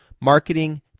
marketing